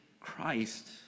Christ